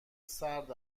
سرد